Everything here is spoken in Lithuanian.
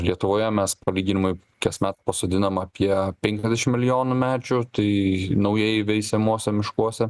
lietuvoje mes palyginimui kasmet pasodinam apie penkiadešimt milijonų medžių tai naujai įveisiamuose miškuose